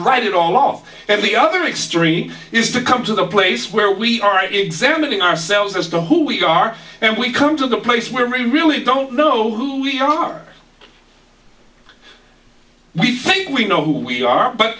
write it all off and the other extreme is to come to the place where we are examining ourselves as to who we are and we come to the place where we really don't know who we are we think we know who we are but